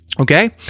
Okay